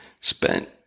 spent